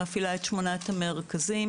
שמפעילה את שמונת המרכזים,